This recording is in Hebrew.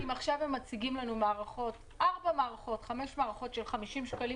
אם עכשיו הם מציגים לנו ארבע-חמש מערכות של 50 שקלים,